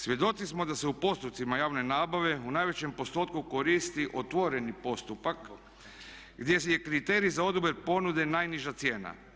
Svjedoci smo da se u postupcima javne nabave u najvećem postotku koristi otvoreni postupak, gdje je kriterij za odabir ponude najniža cijena.